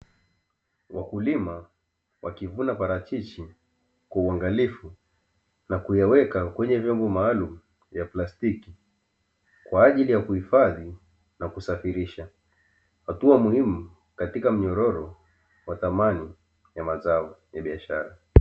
Wakulima wakivuna parachichi kwa uangalifu na kuyaweka kwenye vyombo maalumu vya plastiki kwa ajili ya kuhifadhi na kusafirisha, hatua muhimu katika mnyororo wa thamani ya mazao ya biashara.